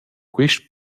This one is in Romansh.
quist